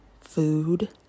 food